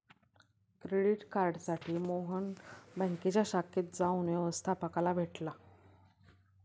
credit कार्डसाठी मोहन बँकेच्या शाखेत जाऊन व्यवस्थपकाला भेटला